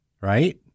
right